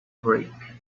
break